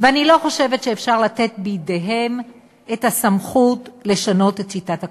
ואני לא חושבת שאפשר לתת בידיהם את הסמכות לשנות את שיטת הקפיטציה.